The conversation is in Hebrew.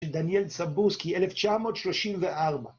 ‫של דניאל סמבורסקי, 1934.